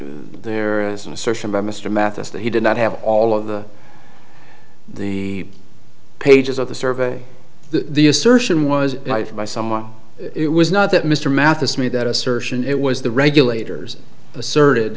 there is an assertion by mr mathis that he did not have all of the pages of the survey the assertion was knifed by someone it was not that mr mathis me that assertion it was the regulators asserted